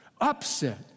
Upset